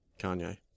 Kanye